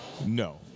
No